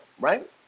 right